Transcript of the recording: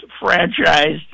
franchise